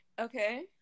Okay